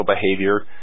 behavior